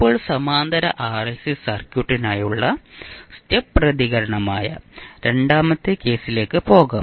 ഇപ്പോൾ സമാന്തര ആർഎൽസി സർക്യൂട്ടിനായുള്ള സ്റ്റെപ് പ്രതികരണമായ രണ്ടാമത്തെ കേസിലേക്ക് പോകാം